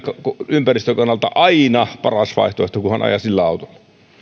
ympäristön kannalta aina paras vaihtoehto kun hän ajaa sillä autolla